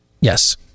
yes